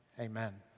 amen